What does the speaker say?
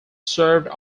served